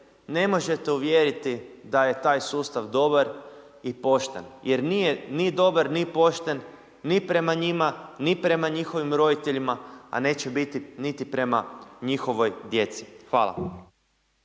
ne možete uvjeriti da je taj sustav dobar i pošten jer nije ni dobar, ni pošten, ni prema njima, ni prema njihovim roditeljima a neće biti ni prema njihovoj djeci. Hvala.